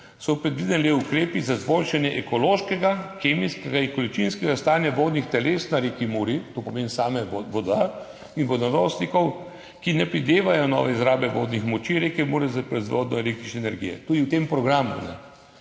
so predvideni ukrepi za izboljšanje ekološkega, kemijskega in količinskega stanja vodnih teles na reki Muri – to pomeni same vode in vodonosnikov –, ki ne predevajo nove izrabe vodnih moči reke Mure za proizvodnjo električne energije. Tudi v tem programu.